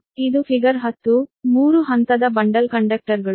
ಆದ್ದರಿಂದ ಇದು ಫಿಗರ್ 10 3 ಹಂತದ ಬಂಡಲ್ ಕಂಡಕ್ಟರ್ಗಳು